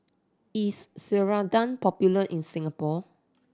is Ceradan popular in Singapore